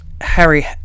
Harry